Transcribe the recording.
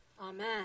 Amen